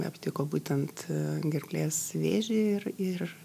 aptiko būtent gerklės vėžį ir ir